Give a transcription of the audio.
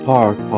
Park